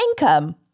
income